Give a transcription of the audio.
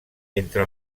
entre